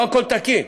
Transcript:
לא הכול תקין,